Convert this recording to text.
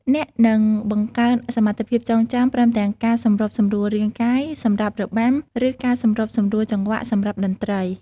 អ្នកនឹងបង្កើនសមត្ថភាពចងចាំ ព្រមទាំងការសម្របសម្រួលរាងកាយ សម្រាប់របាំ ឬការសម្របសម្រួលចង្វាក់ សម្រាប់តន្ត្រី។